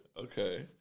Okay